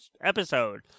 episode